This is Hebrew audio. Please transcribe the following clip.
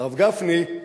הרב גפני,